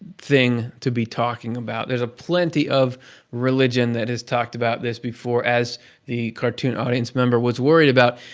thing to be talking about. there is plenty of religion that has talked about this before as the cartoon audience member was worried about.